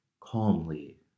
calmly